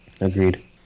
Agreed